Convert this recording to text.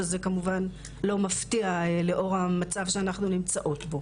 שזה כמובן לא מפתיע לאור המצב שאנחנו נמצאות בו.